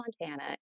Montana